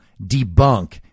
debunk